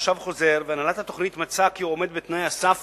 תושב חוזר והנהלת התוכנית מצאה כי הוא עומד בתנאי הסף